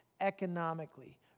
economically